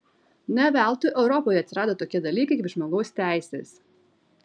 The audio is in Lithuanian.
ne veltui europoje atsirado tokie dalykai kaip žmogaus teisės